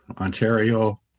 Ontario